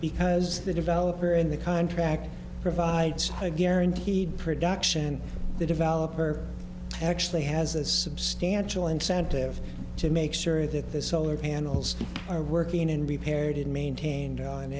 because the developer in the contract provides a guaranteed production and the developer actually has a substantial incentive to make sure that the solar panels are working and repaired and maintain